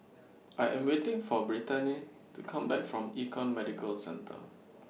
I Am waiting For Brittanie to Come Back from Econ Medical Centre